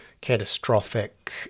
catastrophic